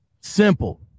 Simple